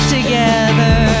Together